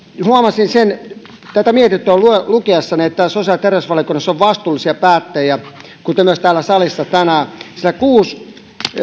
huomasin sen tätä mietintöä lukiessani että sosiaali ja terveysvaliokunnassa on vastuullisia päättäjiä kuten myös täällä salissa tänään sillä kuusi